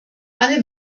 alle